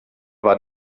war